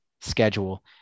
schedule